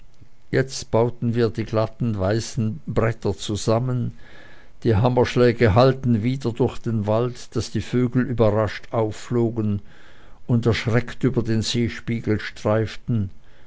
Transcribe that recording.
jetzt baueten wir die glatten weißen bretter zusammen die hammerschläge hallten wider durch den wald daß die vögel überrascht aufflogen und erschreckt über den seespiegel streiften